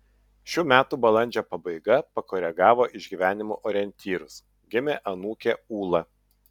šių metų balandžio pabaiga pakoregavo išgyvenimų orientyrus gimė anūkė ūla